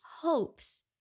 hopes